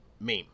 Meme